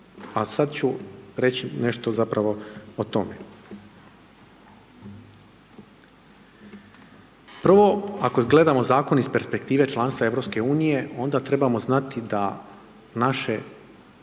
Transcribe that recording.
A sad ću reći nešto zapravo o tome. Prvo, ako gledamo zakon iz perspektive članstva EU onda trebamo znati da naši